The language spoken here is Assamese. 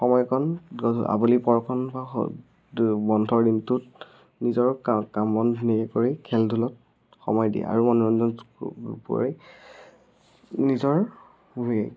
সময়কণ আবেলিপৰকণ বা বন্ধৰ দিনটোত নিজৰ কা কাম বন ধুনীয়াকৈ কৰি খেলা ধূলাত সময় দিয়ে আৰু মনোৰঞ্জনৰ উপৰি নিজৰ